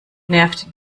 nervt